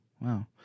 Wow